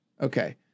Okay